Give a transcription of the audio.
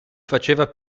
faceva